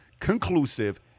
conclusive